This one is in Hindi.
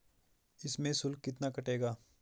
इसमें शुल्क कितना कटेगा?